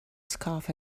scarf